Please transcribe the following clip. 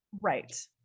right